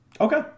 Okay